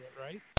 right